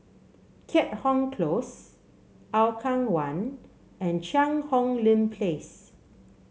Keat Hong Close Hougang One and Cheang Hong Lim Place